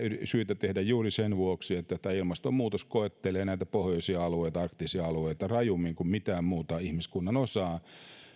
syytä tehdä juuri sen vuoksi että ilmastonmuutos koettelee näitä pohjoisia alueita arktisia alueita rajummin kuin mitään muuta ihmiskunnan osaa